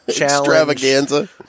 Extravaganza